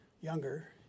younger